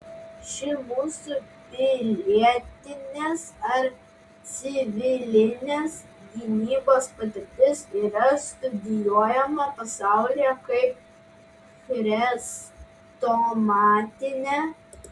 ši mūsų pilietinės ar civilinės gynybos patirtis yra studijuojama pasaulyje kaip chrestomatinė